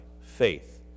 faith